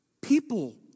people